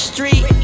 Street